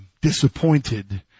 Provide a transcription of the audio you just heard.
disappointed